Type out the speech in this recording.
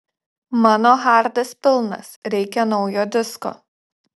mano hardas pilnas reikia naujo disko